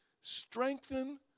Strengthen